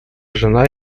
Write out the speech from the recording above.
жена